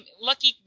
lucky